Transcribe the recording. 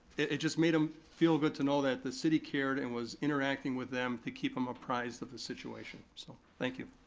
it just made them um feel good to know that the city cared and was interacting with them to keep them apprised of the situation, so thank you.